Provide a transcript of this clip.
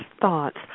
thoughts